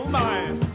mind